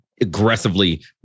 aggressively